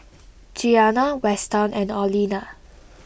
Gianna Weston and Orlena